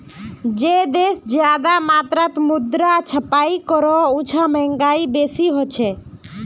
जे देश ज्यादा मात्रात मुद्रा छपाई करोह उछां महगाई बेसी होछे